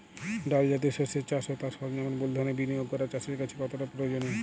ডাল জাতীয় শস্যের চাষ ও তার সরঞ্জামের মূলধনের বিনিয়োগ করা চাষীর কাছে কতটা প্রয়োজনীয়?